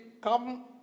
come